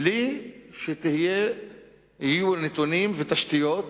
בלי שיהיו נתונים ותשתיות